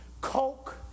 Coke